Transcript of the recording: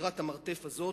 דירת המרתף הזאת,